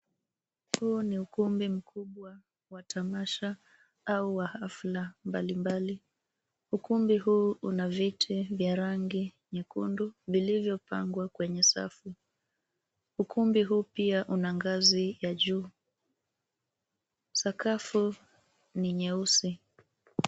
Huu ukumbi mkubwa wa tamasha au hafla mbalimbali. Ukumbi huu una viti vya rangi nyekundu vilivyopangwa kwenye safu. Ukumbi huu pia una ngazi ya juu. Sakafu ni nyeusi.